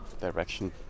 direction